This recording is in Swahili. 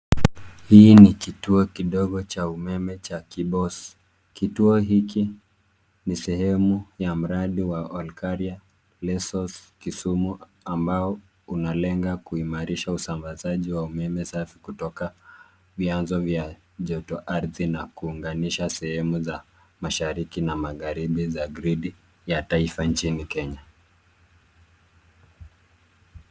Hii ni kituo kidogo cha umeme cha Kibos . Kituo hiki ni sehemu ya mradi wa OlKaria, Lesos, Kisumu , ambao unalenga kuimarisha usambazaji wa umeme safi kutoka vianzo vya joto ardhi na kuunganisha sehemu za mashariki na magharibi za gridi ya taifa nchini Kenya.